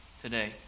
today